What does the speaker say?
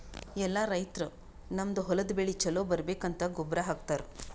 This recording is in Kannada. ಎಲ್ಲಾ ರೈತರ್ ತಮ್ಮ್ ಹೊಲದ್ ಬೆಳಿ ಛಲೋ ಬರ್ಬೇಕಂತ್ ಗೊಬ್ಬರ್ ಹಾಕತರ್